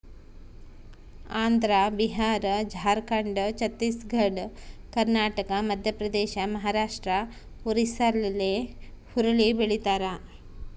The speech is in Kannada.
ಆಂಧ್ರ ಬಿಹಾರ ಜಾರ್ಖಂಡ್ ಛತ್ತೀಸ್ ಘಡ್ ಕರ್ನಾಟಕ ಮಧ್ಯಪ್ರದೇಶ ಮಹಾರಾಷ್ಟ್ ಒರಿಸ್ಸಾಲ್ಲಿ ಹುರುಳಿ ಬೆಳಿತಾರ